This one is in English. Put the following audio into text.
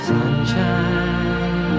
Sunshine